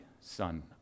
son